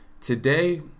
Today